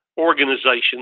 organizations